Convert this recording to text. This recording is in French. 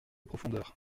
profondeur